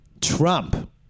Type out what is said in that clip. Trump